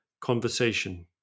conversation